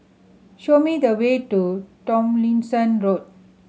show me the way to Tomlinson Road